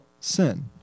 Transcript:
sin